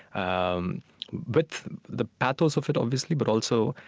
um but the pathos of it, obviously, but also,